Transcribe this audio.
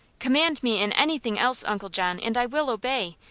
command me in anything else, uncle john, and will obey,